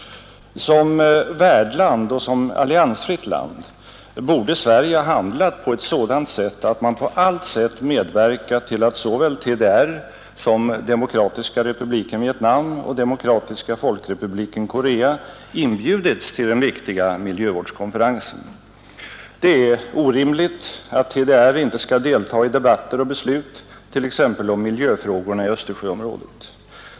Som värdland och som alliansfritt land borde Sverige ha handlat på ett sådant sätt att man på allt sätt medverkat till att såväl TDR som Demokratiska republiken Vietnam och Demokratiska folkrepubliken Korea inbjudits till den viktiga miljövårdskonferensen. Det är orimligt att TDR inte skall delta i debatter och beslut t.ex. om miljöfrågorna i Östersjöområdet.